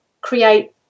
create